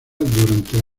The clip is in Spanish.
durante